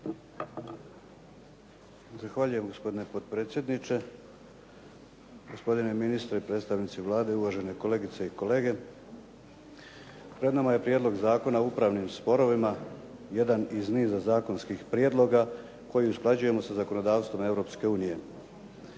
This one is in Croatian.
Zahvaljujem, gospodine potpredsjedniče. Gospodine ministre i predstavnici Vlade. Uvažene kolegice i kolege. Pred nama je Prijedlog zakona o upravnim sporovima, jedan iz niza zakonskih prijedloga koji usklađujemo sa zakonodavstvom Europske unije.